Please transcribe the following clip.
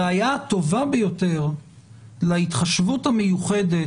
הראיה הטובה ביותר להתחשבות המיוחדת